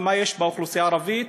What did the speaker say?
ומה יש באוכלוסייה הערבית